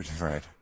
Right